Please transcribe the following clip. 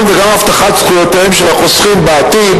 וגם של הבטחת זכויותיהם של החוסכים בעתיד,